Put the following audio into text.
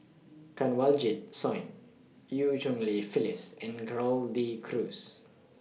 Kanwaljit Soin EU Cheng Li Phyllis and Gerald De Cruz